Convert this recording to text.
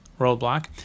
roadblock